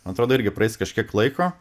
man atrodo irgi praeis kažkiek laiko